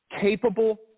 capable